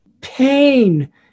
pain